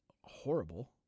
horrible